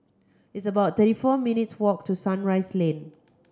it's about thirty four minutes' walk to Sunrise Lane